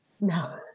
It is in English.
No